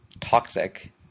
toxic